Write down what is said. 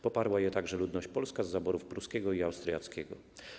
Poparła je także ludność polska z zaborów pruskiego i austriackiego.